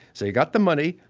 so he got the money,